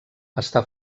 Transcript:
està